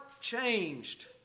Changed